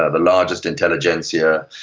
ah the largest intelligentsia,